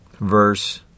verse